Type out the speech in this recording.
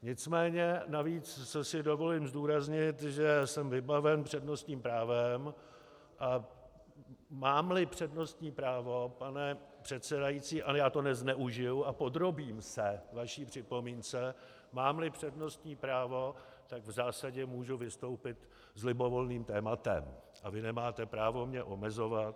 Nicméně navíc si dovolím zdůraznit, že jsem vybaven přednostním právem, a mámli přednostní právo, pane předsedající ale já to nezneužiji a podrobím se vaší připomínce , mámli přednostní právo, tak v zásadě můžu vystoupit s libovolným tématem a vy nemáte právo mě omezovat.